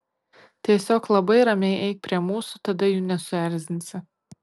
tiesiog labai ramiai eik prie mūsų tada jų nesuerzinsi